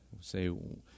say